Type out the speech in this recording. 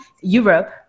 Europe